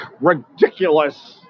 ridiculous